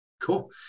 Cool